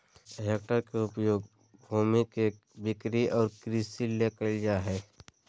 hectare के उपयोग भूमि के बिक्री और कृषि ले कइल जाय हइ